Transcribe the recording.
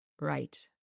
right